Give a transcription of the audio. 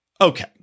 Okay